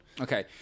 Okay